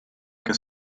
que